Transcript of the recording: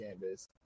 Canvas